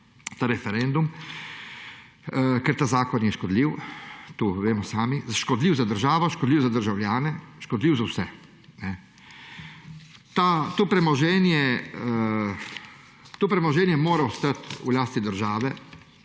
ta referendum, ker ta zakon je škodljiv, to vemo sami. Škodljiv je za državo, škodljiv za državljane, škodljiv za vse. To premoženje mora ostati v lasti države,